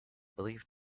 belief